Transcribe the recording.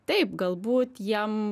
taip galbūt jam